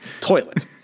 toilet